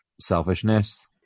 selfishness